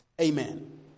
Amen